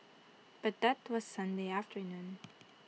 but that was Sunday afternoon